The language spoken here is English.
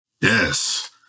Yes